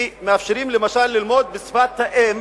ומאפשרים, למשל, ללמוד בשפת האם.